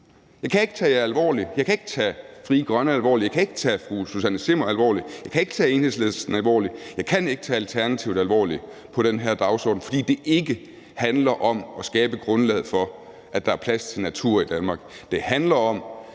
Jeg kan ikke tage jer alvorligt. Jeg kan ikke tage Frie Grønne alvorligt, jeg kan ikke tage fru Susanne Zimmer alvorligt, jeg kan ikke tage Enhedslisten alvorligt, jeg kan ikke tage Alternativet alvorligt i forhold til den her dagsorden, fordi det ikke handler om at skabe grundlaget for, at der er plads til natur i Danmark. Det handler om